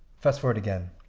fast forward again.